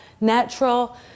natural